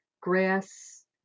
grass